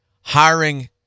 hiring